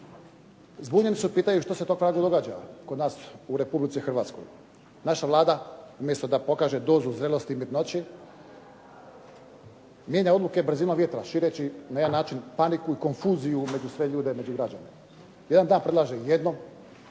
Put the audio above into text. Zbunjeni su i pitaju što se to događa kod nas u Republici Hrvatskoj? Naša Vlada umjesto da pokaže dozu zrelosti i mirnoće mijenja odluke brzinom vjetra, šireći na jedan način paniku i konfuziju među sve ljude i građane. Jedan dan predlažu jedno,